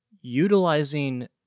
Utilizing